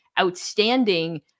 outstanding